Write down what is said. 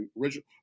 original